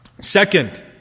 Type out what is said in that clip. Second